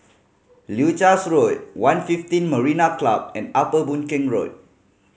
Leuchars Road One fifteen Marina Club and Upper Boon Keng Road